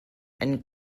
and